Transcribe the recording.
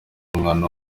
w’umwana